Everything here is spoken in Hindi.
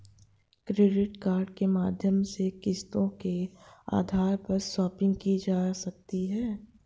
क्रेडिट कार्ड के माध्यम से किस्तों के आधार पर शापिंग की जा सकती है